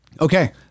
Okay